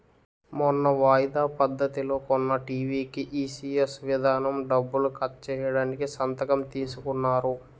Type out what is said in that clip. మొన్న వాయిదా పద్ధతిలో కొన్న టీ.వి కీ ఈ.సి.ఎస్ విధానం డబ్బులు కట్ చేయడానికి సంతకం తీసుకున్నారు